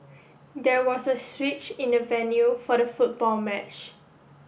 there was a switch in the venue for the football match